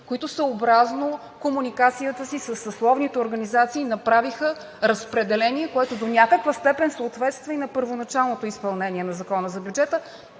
които съобразно комуникацията си със съсловните организации направиха разпределение, което до някаква степен съответства и на първоначалното изпълнение на Закона за бюджета.